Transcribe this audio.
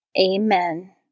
Amen